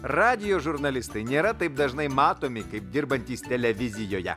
radijo žurnalistai nėra taip dažnai matomi kaip dirbantys televizijoje